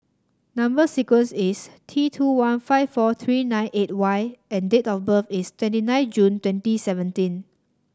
number sequence is T two one five four three nine eight Y and date of birth is twenty nine June twenty seventeen